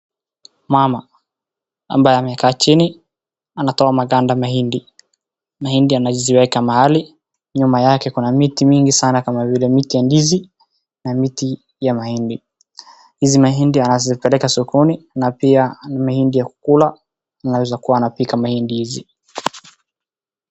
Mama ambaye amekaa chini anatoa maganda mahindi, mahindi anaziweka mahali nyuma yake kuna miti mingi sana kama vile miti ya ndizi na miti ya mahindi. Hizi mahindi anazipeleka sokoni na pia ni mahindi ya kukula anawezakua anapika mahindi hizi.